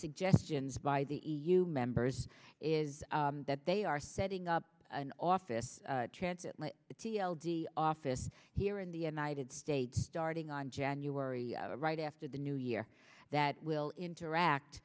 suggestions by the e u members is that they are setting up an office transit t l d office here in the united states starting on january right after the new year that will interact